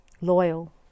loyal